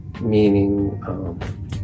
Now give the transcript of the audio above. meaning